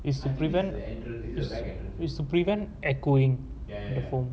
is to prevent is to prevent echoing the foam